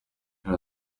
yari